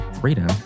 freedom